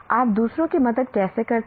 आप दूसरों की मदद कैसे करते हैं